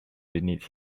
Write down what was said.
beneath